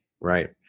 right